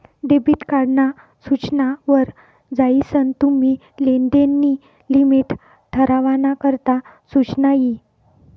debit card ना सूचना वर जायीसन तुम्ही लेनदेन नी लिमिट ठरावाना करता सुचना यी